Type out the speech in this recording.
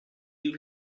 you